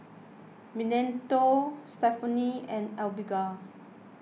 Benito Stephaine and Abigail